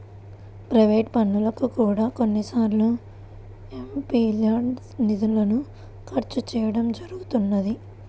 private పనులకు కూడా కొన్నిసార్లు ఎంపీల్యాడ్స్ నిధులను ఖర్చు చేయడం జరుగుతున్నది